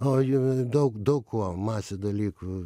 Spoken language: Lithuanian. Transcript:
o jo daug daug kuo masė dalykų